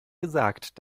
gesagt